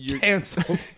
Canceled